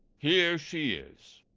here she is.